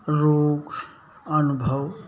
रोग अनुभव